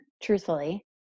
Truthfully